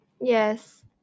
yes